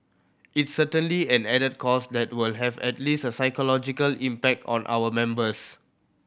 it's certainly an added cost that will have at least a psychological impact on our members